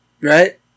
Right